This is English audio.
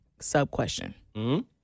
sub-question